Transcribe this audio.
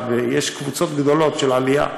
ויש קבוצות גדולות של עלייה,